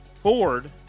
Ford